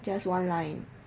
just one line